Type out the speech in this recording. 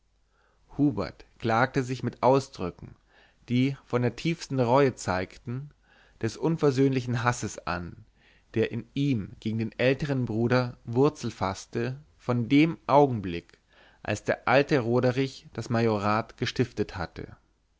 hubert klagte sich mit ausdrücken die von der tiefsten reue zeigten des unversöhnlichen hasses an der in ihm gegen den ältern bruder wurzel faßte von dem augenblick als der alte roderich das majorat gestiftet hatte